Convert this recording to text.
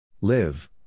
Live